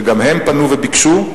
שגם הם פנו וביקשו,